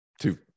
two